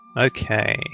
Okay